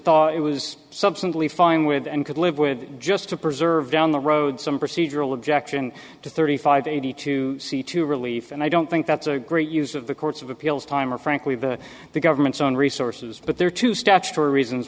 thought it was substantively fine with and could live with just to preserve down the road some procedural objection to thirty five eighty to see to relief and i don't think that's a great use of the courts of appeals time or frankly the the government's own resources but there are two statutory reasons